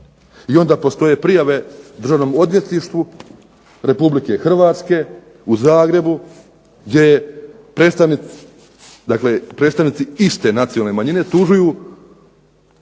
I onda postoje prijave Državnom odvjetništvu Republike Hrvatske u Zagrebu gdje predstavnici iste nacionalne manjine optužuju